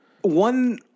One